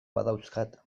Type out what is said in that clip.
badauzkat